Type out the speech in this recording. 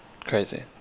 Crazy